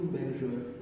measure